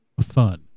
fun